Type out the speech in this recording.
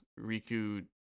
Riku